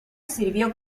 sirvió